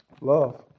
love